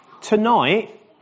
Tonight